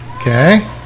Okay